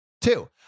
Two